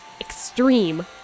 extreme